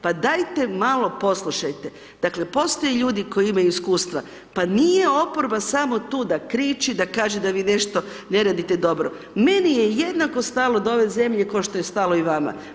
Pa dajte malo poslušajte, dakle postoje ljudi koji imaju iskustva, pa nije oporba samo tu da kriči da kaže da vi nešto ne radite dobro, meni je jednako stalo do ove zemlje ko što je stalo i vama.